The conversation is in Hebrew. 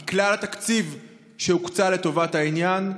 1% מכלל התקציב שהוקצה לטובת העניין נוצל.